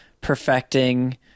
perfecting